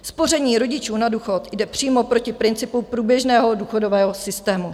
Spoření rodičů na důchod jde přímo proti principu průběžného důchodového systému.